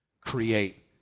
create